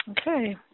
Okay